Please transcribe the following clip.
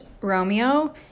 Romeo